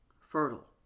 fertile